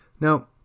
Now